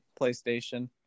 PlayStation